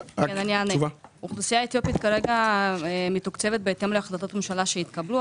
13:06) האוכלוסייה האתיופית מתוקצבת בהתאם להחלטות ממשלה שהתקבלו,